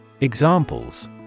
Examples